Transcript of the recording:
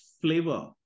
flavor